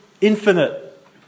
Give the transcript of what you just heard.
infinite